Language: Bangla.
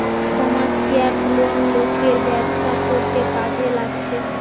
কমার্শিয়াল লোন লোকের ব্যবসা করতে কাজে লাগছে